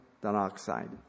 dioxide